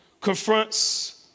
confronts